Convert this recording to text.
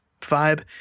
vibe